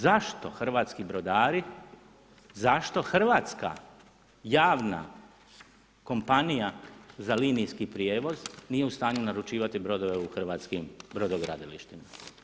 Zašto hrvatski brodari, zašto hrvatska javna kompanija za linijski prijevoz nije u stanju naručivati brodove u hrvatskim brodogradilištima.